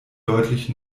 deutlich